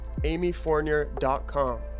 amyfournier.com